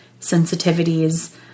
sensitivities